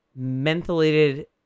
mentholated